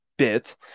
bit